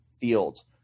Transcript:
Fields